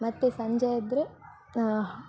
ಮತ್ತೆ ಸಂಜೆ ಆದರೆ